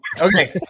Okay